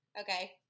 Okay